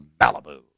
Malibu